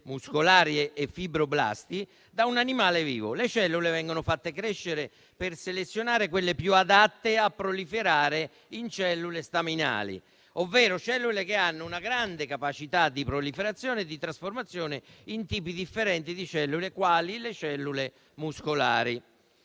muscolari e di fibroblasti da un animale vivo. Le cellule vengono fatte crescere per selezionare quelle più adatte a proliferare in cellule staminali, ovvero cellule che hanno una grande capacità di proliferazione e di trasformazione in tipi differenti di cellule, quali quelle muscolari.